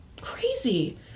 crazy